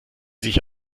sich